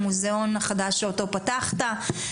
המוזיאון החדש אותו פתחת,